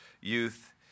youth